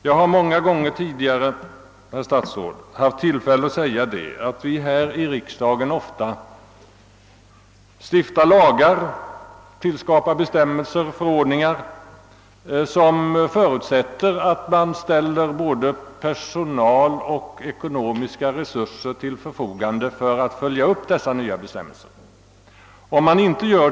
Jag har många gånger tidigare, herr statsråd, haft tillfälle påpeka att vi här i riksdagen ofta stiftar lagar och inför bestämmelser som förutsätter att det ställs både personal och ekonomiska resurser till förfogande för en uppföljning.